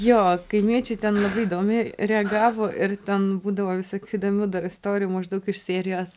jo kaimiečiai ten įdomiai reagavo ir ten būdavo visokių įdomių istorijų maždaug iš serijos